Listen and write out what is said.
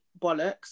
bollocks